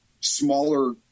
smaller